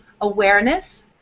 awareness